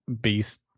beast